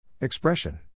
Expression